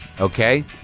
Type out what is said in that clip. Okay